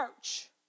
church